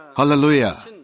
Hallelujah